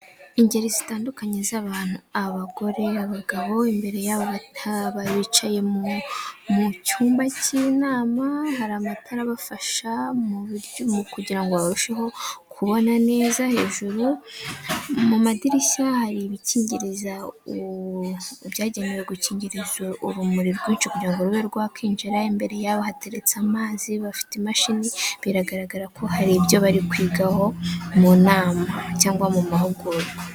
Ingeri zitandukanye z'abantu abagore, abagabo imbere yabo baricaye mu cyumba cy'inama, hari amatara abafasha mu kugirango ngo barusheho kubona neza ,hejuru mu madirishya hari ibikingiriza byagenewe gukingiriza urumuri rwinshi kugirango rwokwinjira .Imbere yabo hateretse amazi ,bafite imashini biragaragara ko hari ibyo bari kwigaho mu nama cyangwa mu mahugurwa.